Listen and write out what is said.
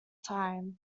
time